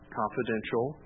confidential